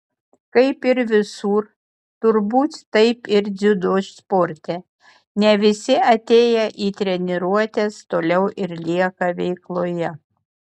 kaip ir visur turbūt taip ir dziudo sporte ne visi atėję į treniruotes toliau ir lieka veikloje